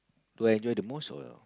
do I enjoy the most or